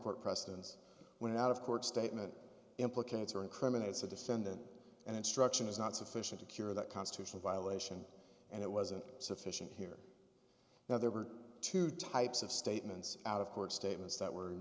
court precedence went out of court statement implicates or incriminates a defendant and instruction is not sufficient to cure that constitutional violation and it wasn't sufficient here now there were two types of statements out of court statements that were